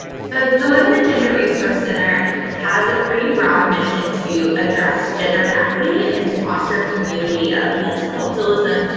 so, the women and gender resource center has a pretty broad mission to address gender inequity and to foster a community of multiculturalism,